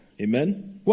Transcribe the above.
Amen